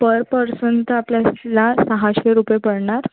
पर person तर आपल्याला सहाशे रुपये पडणार